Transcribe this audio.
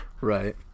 right